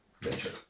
venture